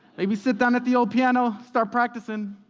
maybe sit down at the old piano, start practicing.